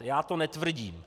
Já to netvrdím.